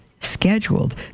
scheduled